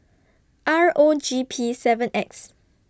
R O G P seven X